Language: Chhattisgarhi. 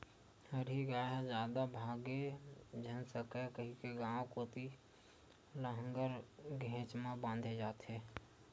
हरही गाय ह जादा भागे झन सकय कहिके गाँव कोती लांहगर घेंच म बांधे जाथे